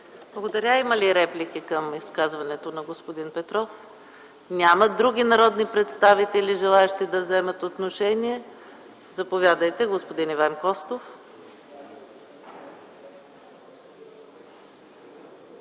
Благодаря. Има ли реплики към изказването на господин Петров? Няма. Други народни представители да вземат отношение? Заповядайте. Господин Иван Костов.